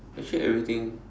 actually everything